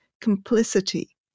complicity